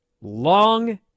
long